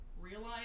realize